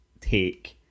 take